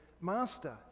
Master